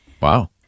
Wow